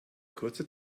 kurze